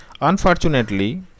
Unfortunately